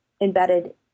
embedded